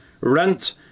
rent